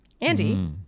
Andy